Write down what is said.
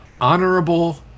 Honorable